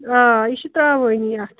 یہِ چھِ ترٛاوٲنی اتھ